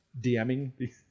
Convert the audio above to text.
DMing